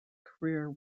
career